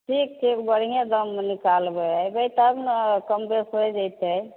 ठीक ठीक बढ़िए दाममे निकालबै अयबै तब ने कम बेस होइ जेतै